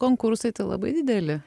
konkursai tai labai dideli